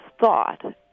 thought